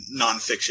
nonfiction